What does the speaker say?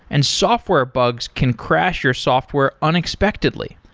and software bugs can crash your software unexpectedly.